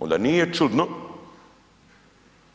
Onda nije čudno